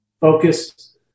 Focus